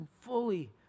fully